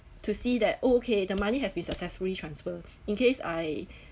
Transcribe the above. to see that oh okay the money has been successfully transfer in case I